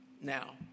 Now